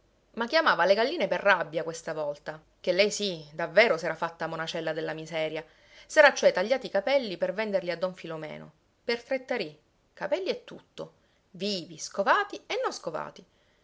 ma chiamava le galline per rabbia questa volta che lei sì davvero s'era fatta monacella della miseria s'era cioè tagliati i capelli per venderli a don filomeno per tre tarì capelli e tutto vivi scovati e non scovati